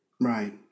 Right